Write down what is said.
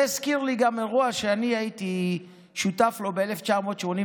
זה הזכיר לי אירוע שגם אני הייתי שותף לו ב-1988.